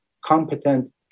competent